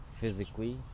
physically